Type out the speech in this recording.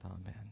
Amen